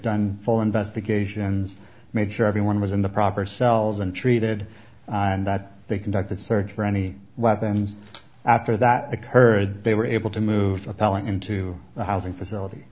done full investigations make sure everyone was in the proper cells and treated and that they conducted search for any weapons after that occurred they were able to move the telling into the housing facility